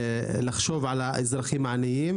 לחשוב על האזרחים העניים